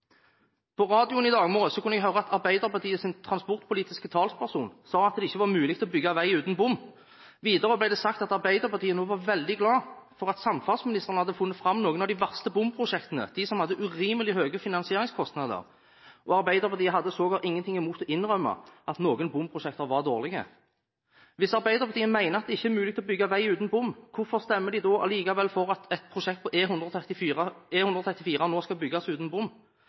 På radioen i dag morges kunne jeg høre at Arbeiderpartiets transportpolitiske talsperson sa at det ikke var mulig å bygge vei uten bom. Videre ble det sagt at Arbeiderpartiet nå var veldig glad for at samferdselsministeren hadde funnet fram noen av de verste bomprosjektene, de som hadde urimelig høye finansieringskostnader. Arbeiderpartiet hadde sågar ingen ting imot å innrømme at noen bomprosjekter var dårlige. Hvis Arbeiderpartiet mener at det ikke er mulig å bygge vei uten bom, hvorfor stemmer de da likevel for at et prosjekt på E134 skal bygges uten bom?